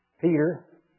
Peter